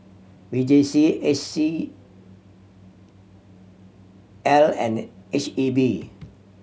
V J C C I and H E B